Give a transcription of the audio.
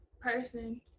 person